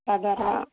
ତା ଦ୍ୱାରା